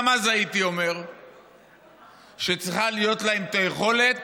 גם אז הייתי אומר שצריכה להיות להם היכולת